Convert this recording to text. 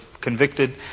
convicted